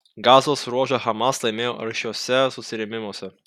gazos ruožą hamas laimėjo aršiuose susirėmimuose